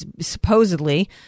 supposedly